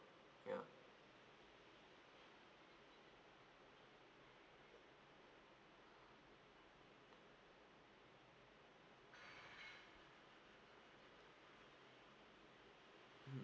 ya mm